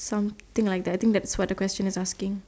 something like that I think that's what the question is asking